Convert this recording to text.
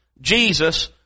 Jesus